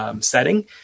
setting